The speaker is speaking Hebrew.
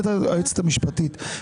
אומרת היועצת המשפטית,